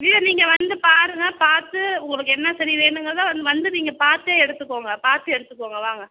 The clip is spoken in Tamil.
இல்லை நீங்கள் வந்து பாருங்கள் பார்த்து உங்களுக்கு என்ன செடி வேணுங்கிறதை வந்து வந்து நீங்கள் பார்த்தே எடுத்துக்கங்க பார்த்து எடுத்துக்கங்க வாங்க